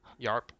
Yarp